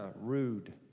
rude